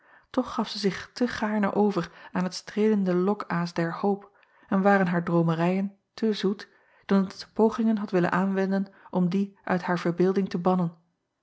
toch gaf zij zich te gaarne over aan het streelende lokaas der hoop en waren haar droomerijen te zoet dan dat zij pogingen had willen aanwenden om die uit haar verbeelding te bannen